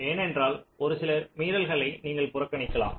ஏனென்றால் ஒரு சில மீறல்களை நீங்கள் புறக்கணிக்கலாம்